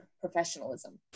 professionalism